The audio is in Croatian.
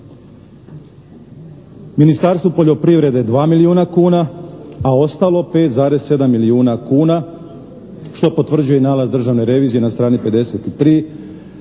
Ministarstvu poljoprivrede 2 milijuna kuna, a ostalo 5,7 milijuna kuna što potvrđuje nalaz Državne revizije na strani 53